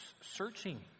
searching